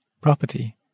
property